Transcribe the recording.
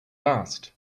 last